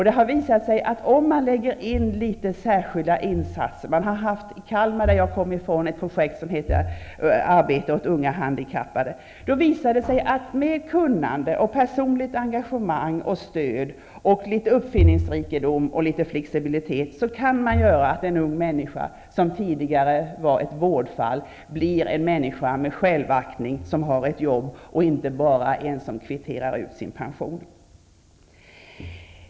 Det har visat sig att om man gör särskilda insatser -- man har i Kalmar, som jag kommer från, haft ett projekt som heter Arbete åt unga handikappade -- med kunnande, personligt engagemang, stöd, litet uppfinningsrikedom och litet flexibilitet, kan man uppnå att en ung människa, som tidigare var ett vårdfall, blir en människa med självaktning, som har ett jobb och inte bara är en som kvitterar ut sin pension.